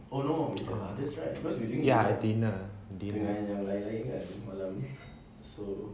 err ya dinner dinner